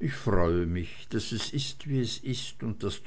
ich freue mich daß es ist wie es ist und daß